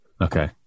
okay